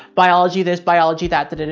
biology. there's biology that, that, and